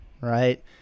right